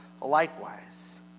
likewise